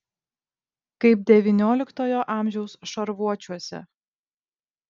kaip devynioliktojo amžiaus šarvuočiuose